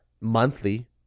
monthly